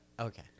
Okay